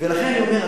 ולכן אני אומר,